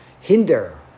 hinder